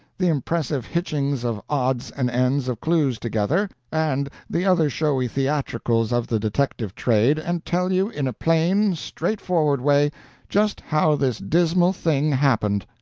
the impressive hitchings of odds and ends of clues together, and the other showy theatricals of the detective trade, and tell you in a plain, straightforward way just how this dismal thing happened.